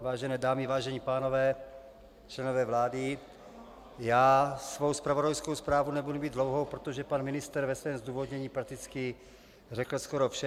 Vážené dámy, vážení pánové, členové vlády, já svou zpravodajskou zprávu nebudu mít dlouhou, protože pan ministr ve svém zdůvodnění prakticky řekl skoro vše.